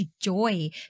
joy